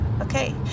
Okay